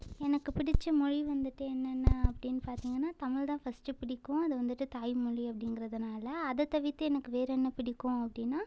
எனக்கு பிடிச்ச மொழி வந்துவிட்டு என்னென்னா அப்படின்னு பார்த்திங்கன்னா தமிழ் தான் ஃபர்ஸ்ட்டு பிடிக்கும் அது வந்துவிட்டு தாய் மொழி அப்படிங்கிறதுனால அதை தவிர்த்து எனக்கு வேறு என்ன பிடிக்கும் அப்படின்னா